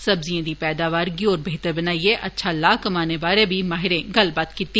सब्जिएं दी पैदावार गी होर बेहतर बनाइयै अच्छा लाऽ कमानें बारै बी माहिरें गल्लबात कीती